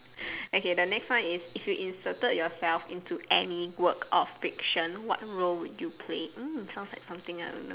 okay the next one is if you inserted yourself into any work of fiction what role would you play mm sounds like something I would know